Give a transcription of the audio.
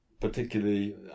particularly